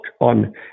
on